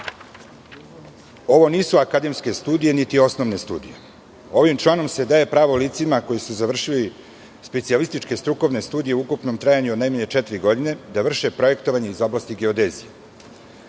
Ovo nisu akademske, niti osnovne studije. Ovim članom se daje pravo licima koja su završila specijalističke strukovne studije u ukupnom trajanju od najmanje četiri godine da vrše projektovanje iz oblasti geodezije. Gledano